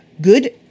Good